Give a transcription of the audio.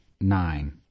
nine